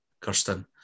Kirsten